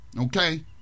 Okay